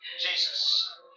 Jesus